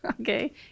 okay